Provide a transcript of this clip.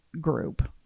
group